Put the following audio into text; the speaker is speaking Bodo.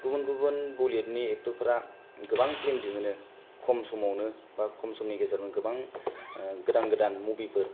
गुबुन गुबुन बलिउदनि एकथरफ्रा गोबां फ्लिम दिहुनो खम समावनो बा खम समनि गेजेरावनो गोबां गोदान गोदान मुबिफोर